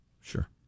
Sure